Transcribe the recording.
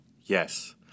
Yes